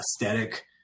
aesthetic